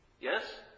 yes